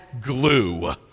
glue